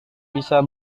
bisa